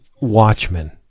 Watchmen